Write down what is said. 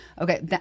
Okay